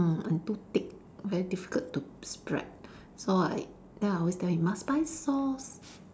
mm and too thick very difficult to spread so I then I always tell him must buy sauce